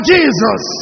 Jesus